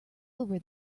over